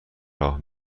راه